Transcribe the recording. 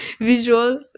visual